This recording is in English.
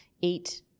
eat